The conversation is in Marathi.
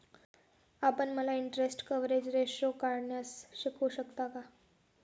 आपण मला इन्टरेस्ट कवरेज रेशीओ काढण्यास शिकवू शकता का?